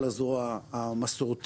כל הזרוע המסורתית,